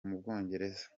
mubwongereza